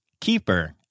keeper